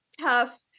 tough